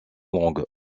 longue